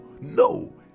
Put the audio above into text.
No